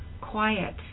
quiet